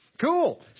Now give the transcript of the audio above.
Cool